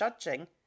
judging